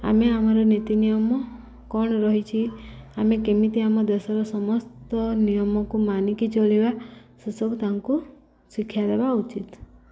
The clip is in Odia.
ଆମେ ଆମର ନୀତି ନିିୟମ କ'ଣ ରହିଛି ଆମେ କେମିତି ଆମ ଦେଶର ସମସ୍ତ ନିୟମକୁ ମାନିକି ଚଳିବା ସେସବୁ ତାଙ୍କୁ ଶିକ୍ଷା ଦେବା ଉଚିତ୍